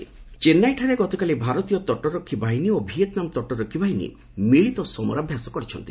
India ଚେନ୍ନାଇଠାରେ ଗତକାଲି ଭାରତୀୟ ତଟରକ୍ଷୀ ବାହିନୀ ଓ ଭିଏତ୍ନାମ ତଟରକ୍ଷୀ ବାହିନୀ ମିଳିତ ସମରାଭ୍ୟାସ କରିଛନ୍ତି